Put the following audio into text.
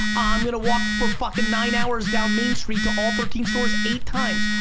i'm gonna walk for fucking nine hours down main street to all thirteen stores eight times.